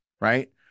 right